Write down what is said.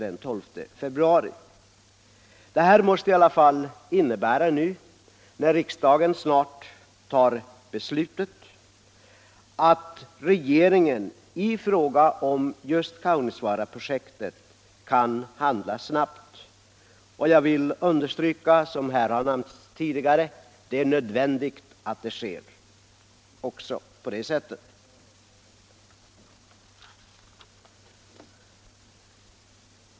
Det här måste innebära nu när riksdagen om en stund tar beslutet att regeringen kan handla snabbt i fråga om Kaunisvaaraprojektet. Jag vill understryka, såsom tidigare gjorts här, att det är nödvändigt att så sker.